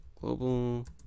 global